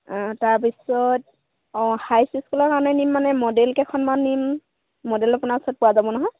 তাৰ পিছত অঁ হাইচ স্কুলৰ কাৰণে নিম মানে মডেল কেইখনমান নিম মডেল আপোনাৰ ওচৰত পোৱা যাব নহয়